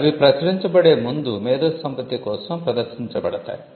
అవి ప్రచురించబడే ముందు మేధోసంపత్తి కోసం ప్రదర్శించబడతాయి